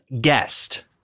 Guest